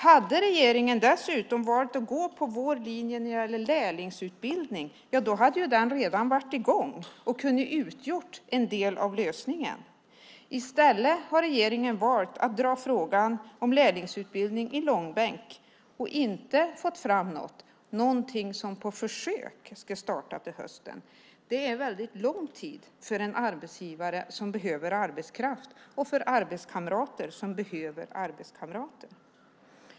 Hade regeringen dessutom valt att gå på vår linje när det gäller lärlingsutbildning hade den redan varit i gång och kunnat utgöra en del av lösningen. I stället har regeringen valt att dra frågan om lärlingsutbildning i långbänk och inte fått fram annat än någonting som på försök ska starta till hösten. Det är en väldigt lång tid för en arbetsgivare som behöver arbetskraft och för arbetskamrater som behöver arbetskamrater.